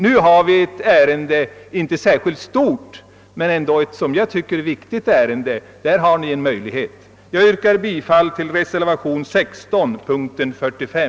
Nu har vi ett ärende av den arten uppe till avgörande. Det är inget särskilt stort ärende, men jag tycker att det är viktigt. Jag yrkar bifall till reservation nr 16 vid punkten 45.